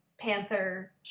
panther